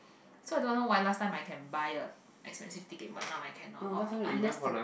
so I don't know why last time I can buy the expensive ticket but now I cannot or unless the